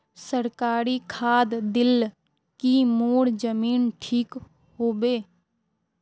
सरकारी खाद दिल की मोर जमीन ठीक होबे?